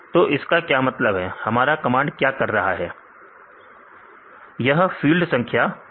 तो इसका क्या मतलब कि हमारा कमांड क्या कर रहा है विद्यार्थी फील्ड 5 को ढूंढ रहा है